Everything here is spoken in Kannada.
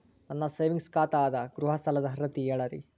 ನನ್ನ ಸೇವಿಂಗ್ಸ್ ಖಾತಾ ಅದ, ಗೃಹ ಸಾಲದ ಅರ್ಹತಿ ಹೇಳರಿ?